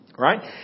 right